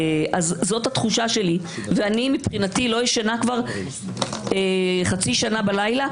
זאת התחושה שלי ואני מבחינתי לא ישנה כבר חצי שעה בלילה,